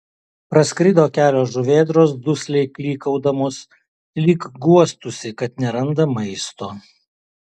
praskrido kelios žuvėdros dusliai klykaudamos lyg guostųsi kad neranda maisto